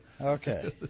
Okay